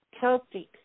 Celtic